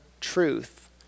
truth